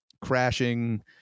crashing